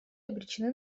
обречены